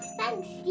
Thanks